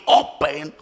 open